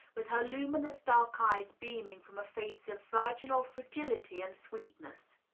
with her luminous dark eyes beaming from a face of virginal fragility and sweetness.